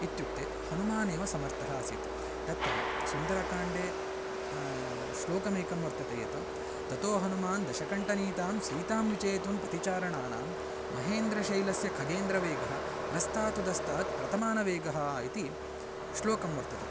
इत्युक्ते हनुमानेव समर्थः आसीत् तत्र सुन्दरकाण्डे श्लोकमेकं वर्तते यत् ततो हनूमान् दशकण्ठनीतां सीतां विचेतुं पतिचारणानां महेन्द्रशैलस्य खगेन्द्रवेगः प्रस्तादुदस्तात् प्रतिमानवेगः इति श्लोकः वर्तते